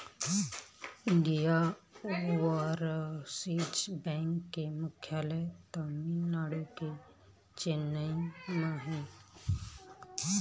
Indian overseas bank के मुख्यालय तमिलनाडु के चेन्नई म हे